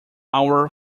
our